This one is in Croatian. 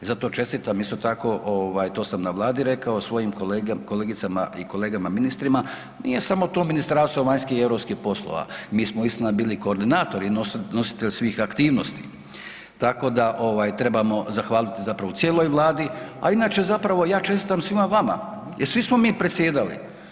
I zato čestitam isto tako ovaj, to sam na Vladi rekao svojim kolegicama i kolegama ministrima nije samo to Ministarstvo vanjskih i europskih poslova, mi smo istina bili koordinatori, nositelji svih aktivnosti, tako da ovaj trebamo zahvaliti zapravo cijeloj Vladi, a inače ja zapravo čestitam svima vama jer svi smo mi predsjedali.